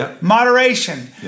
moderation